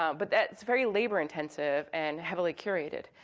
um but that's very labor-intensive and heavily curated.